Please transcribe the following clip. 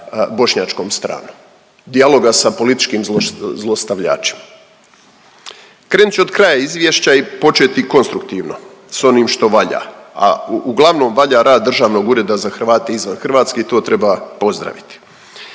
bošnjačkom stranom, dijaloga sa političkim zlostavljačima. Krenut ću od kraja izvješća i početi konstruktivno sa onim što valja, a uglavnom valja rad Državnog ureda za Hrvate izvan Hrvatske i to treba pozdraviti.